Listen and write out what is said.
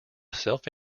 self